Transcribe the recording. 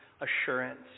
assurance